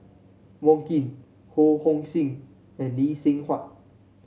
Wong Keen Ho Hong Sing and Lee Seng Huat